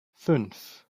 fünf